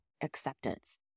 acceptance